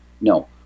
no